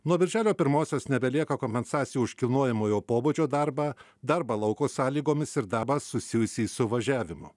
nuo birželio pirmosios nebelieka kompensacijų už kilnojamojo pobūdžio darbą darbą lauko sąlygomis ir darbą susijusį su važiavimu